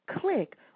click